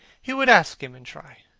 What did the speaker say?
he would ask him and try.